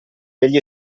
degli